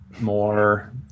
more